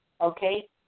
okay